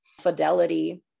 fidelity